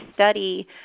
study